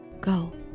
Go